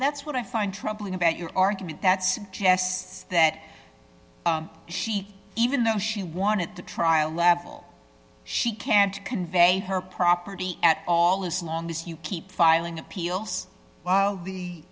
that's what i find troubling about your argument that suggests that she even though she wanted to try a level she can't convey her property at all as long as you keep filing appeals w